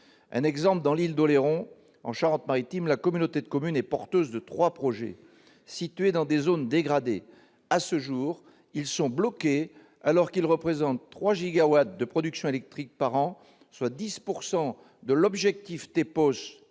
Dans l'île d'Oléron, en Charente-Maritime, la communauté de communes est porteuse de trois projets, situés dans des zones dégradées. À ce jour, ils sont bloqués, alors qu'ils représentent 3 gigawatts de production électrique par an soit 10 % de l'objectif TEPOS,